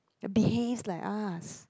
behaves like us